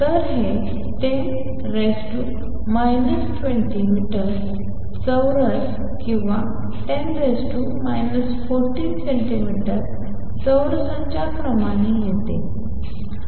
तर हे 10 20मीटर चौरस किंवा 10 14 सेंटीमीटर चौरसाच्या क्रमाने येते